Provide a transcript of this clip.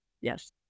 Yes